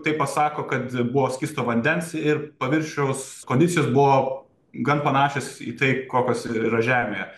tai pasako kad buvo skysto vandens ir paviršiaus kondicijos buvo gan panašios į tai kokios ir yra žemėje